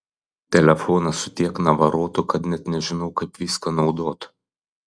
telefonas su tiek navarotų kad net nežinau kaip viską naudot